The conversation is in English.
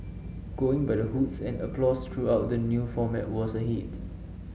going by the hoots and applause throughout the new format was a hit